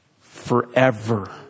forever